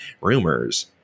rumors